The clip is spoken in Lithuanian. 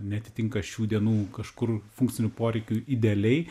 neatitinka šių dienų kažkur funkcinių poreikių idealiai